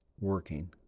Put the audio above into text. working